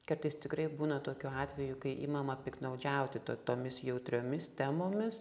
kartais tikrai būna tokių atvejų kai imama piktnaudžiauti to tomis jautriomis temomis